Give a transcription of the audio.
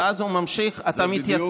ואז הוא ממשיך: אתה מתייצב,